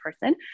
person